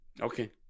okay